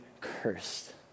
cursed